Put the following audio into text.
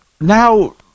Now